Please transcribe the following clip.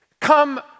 Come